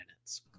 minutes